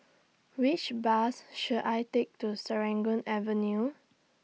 Which Bus should I Take to Serangoon Avenue